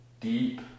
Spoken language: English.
deep